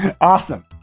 Awesome